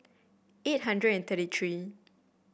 eight hundred and thirty three